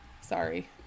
sorry